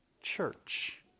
church